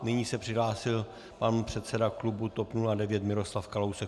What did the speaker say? Nyní se přihlásil pan předseda klubu TOP 09 Miroslav Kalousek.